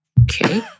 Okay